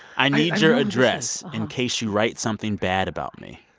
i need your address in case you write something bad about me.